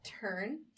turn